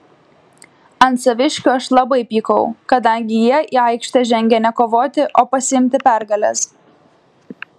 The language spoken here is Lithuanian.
ant saviškių aš labai pykau kadangi jie į aikštę žengė ne kovoti o pasiimti pergalės